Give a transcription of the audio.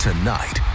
Tonight